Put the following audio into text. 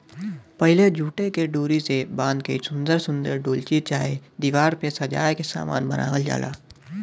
पहिले जूटे के डोरी से बाँध के सुन्दर सुन्दर डोलची चाहे दिवार पे सजाए के सामान बनावल जाला